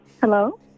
Hello